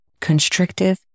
constrictive